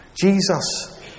Jesus